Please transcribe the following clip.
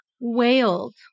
wailed